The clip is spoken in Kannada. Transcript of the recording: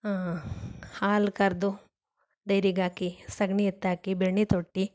ಹಾಲು ಕರೆದು ಡೈರಿಗಾಕಿ ಸಗಣಿ ಎತ್ತಾಕಿ ಬೆರಣಿ ತಟ್ಟಿ